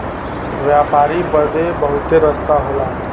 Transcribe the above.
व्यापारी बदे बहुते रस्ता होला